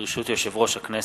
ברשות יושב-ראש הכנסת,